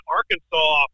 Arkansas